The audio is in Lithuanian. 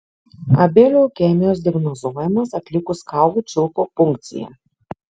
abi leukemijos diagnozuojamos atlikus kaulų čiulpų punkciją